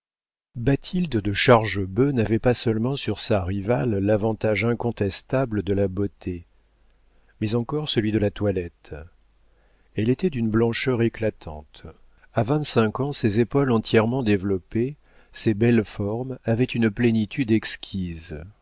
bathilde de chargebœuf n'avait pas seulement sur sa rivale l'avantage incontestable de la beauté mais encore celui de la toilette elle était d'une blancheur éclatante a vingt-cinq ans ses épaules entièrement développées ses belles formes avaient une plénitude exquise